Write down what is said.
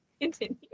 continue